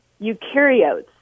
eukaryotes